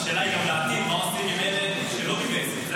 השאלה היא גם לעתיד: מה עושים עם אלה שלא מתגייסים?